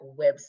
website